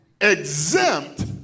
exempt